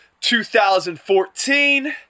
2014